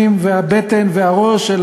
אתה אומר 10,000 יהודים נכנסים,